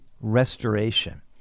restoration